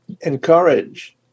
encourage